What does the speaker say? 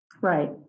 right